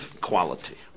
quality